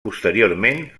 posteriorment